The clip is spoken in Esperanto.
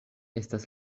estas